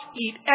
eat